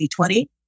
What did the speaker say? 2020